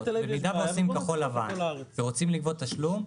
במידה ועושים כחול לבן ורוצים לגבות תשלום,